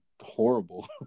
Horrible